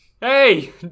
Hey